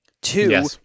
Two